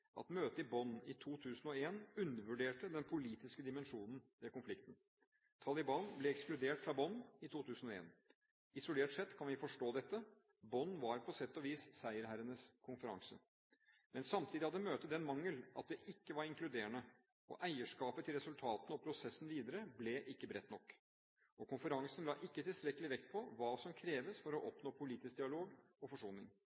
at møtet i Bonn i 2001 undervurderte den politiske dimensjonen ved konflikten. Taliban ble ekskludert fra Bonn i 2001. Isolert sett kan vi forstå dette, Bonn var på sett og vis «seierherrenes konferanse». Men samtidig hadde møtet den mangel at det ikke var inkluderende, eierskapet til resultatene og prosessen videre ble ikke bredt nok, og konferansen la ikke tilstrekkelig vekt på hva som kreves for å oppnå politisk dialog og forsoning.